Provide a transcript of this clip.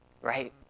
right